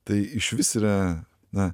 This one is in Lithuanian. tai išvis yra na